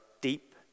deep